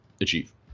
achieve